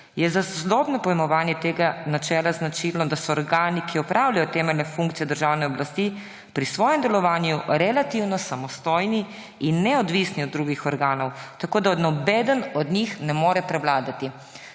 je za sodobno pojmovanje tega načela značilno, da so organi, ki opravljajo temeljne funkcije državne oblasti, pri svojem delovanju relativno samostojni in neodvisni od drugih organov, tako da nobeden od njih ne more prevladati.«